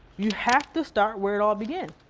you have to start where it all began.